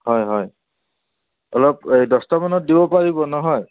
হয় হয় অলপ এই দহটামানত দিব পাৰিব নহয়